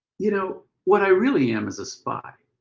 you know, what i really am is a spy.